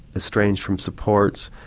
estranged from supports,